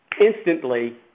Instantly